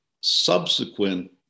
subsequent